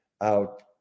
out